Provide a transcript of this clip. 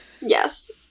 Yes